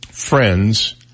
Friends